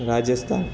Rajasthan